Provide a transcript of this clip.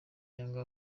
yanga